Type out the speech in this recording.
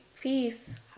Peace